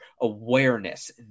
awareness